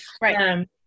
Right